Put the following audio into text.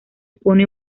pone